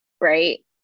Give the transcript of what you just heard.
right